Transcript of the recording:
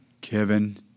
Kevin